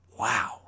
wow